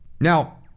Now